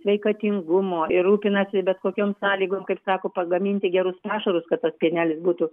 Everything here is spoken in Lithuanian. sveikatingumo ir rūpinasi bet kokiom sąlygom kaip sako pagaminti gerus pašarus kad tas pienelis būtų